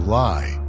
lie